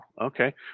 Okay